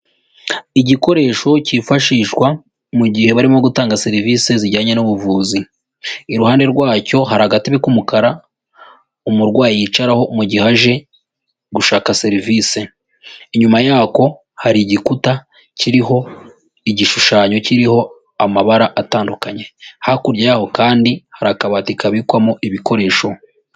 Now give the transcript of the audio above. Igikoresho cyifashishwa mu gihe barimo gutanga serivisi zijyanye n'ubuvuzi, iruhande rwacyo hari agatebe k'umukara umurwayi yicaraho mu gihe aje gushaka serivisi, inyuma yako hari igikuta kiriho igishushanyo kiriho amabara atandukanye, hakurya yawo kandi harikabati kabikwamo ibikoresho.